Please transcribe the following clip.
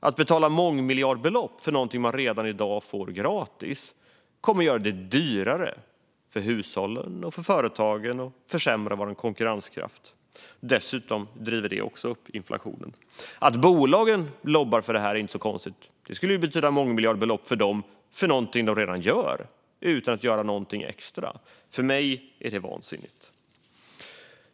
Att betala mångmiljardbelopp för något som man redan i dag får gratis kommer att göra det dyrare för hushållen och företagen och försämra vår konkurrenskraft. Dessutom driver också detta upp inflationen. Att bolagen lobbar för det här är inte så konstigt; det skulle ju betyda mångmiljardbelopp till dem för någonting de redan gör utan att behöva göra någonting extra. För mig låter det vansinnigt.